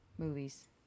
Movies